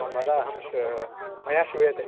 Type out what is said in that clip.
त्वं वद अहं श्रु मया श्रूयते